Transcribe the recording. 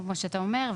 כמו שאתה אומר,